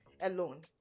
alone